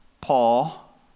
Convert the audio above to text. Paul